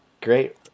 great